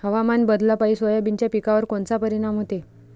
हवामान बदलापायी सोयाबीनच्या पिकावर कोनचा परिणाम होते?